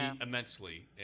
immensely